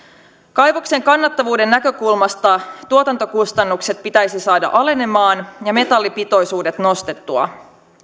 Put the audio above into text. kaivoksen kannattavuuden näkökulmasta tuotantokustannukset pitäisi saada alenemaan ja metallipitoisuudet nostettua